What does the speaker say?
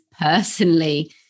personally